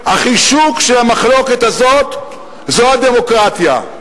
החישוק של המחלוקת הזאת, זו הדמוקרטיה.